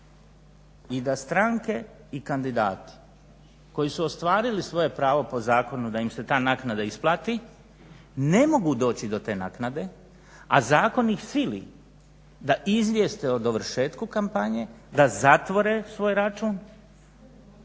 i da stranke i kandidati koji su ostvarili svoje pravo po zakonu da im se ta naknada isplati ne mogu doći do te naknade, a zakon ih sili da izvijeste o dovršetku kampanje, da zatvore svoj račun